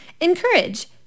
Encourage